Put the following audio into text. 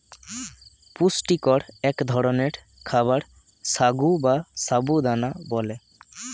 পুষ্টিকর এক ধরনের খাবার সাগু বা সাবু দানা বলে